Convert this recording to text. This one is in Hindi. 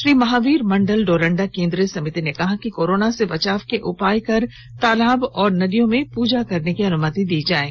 श्री महावीर मंडल डोरंडा केंद्रीय समिति ने ने कहा कि कोरोना से बचाव के उपाय कर तालाब और नदियों पर पूजा करने की अनुमति दी जाये